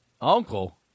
Uncle